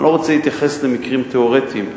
אני לא רוצה להתייחס למקרים תיאורטיים.